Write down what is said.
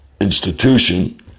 institution